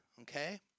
okay